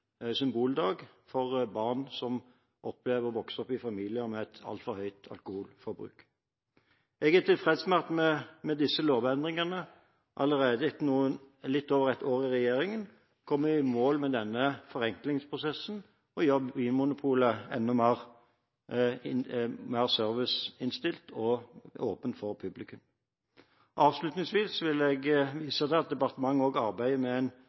symboldag for barn som opplever å vokse opp i familier med et altfor høyt alkoholforbruk. Jeg er tilfreds med at vi med disse lovendringene allerede etter litt over et år i regjering kommer i mål med denne forenklingsprosessen og gjør Vinmonopolet enda mer serviceinnstilt og åpent for publikum. Avslutningsvis vil jeg vise til at departementet også arbeider med en